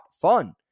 fun